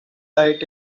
diet